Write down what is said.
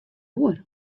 oar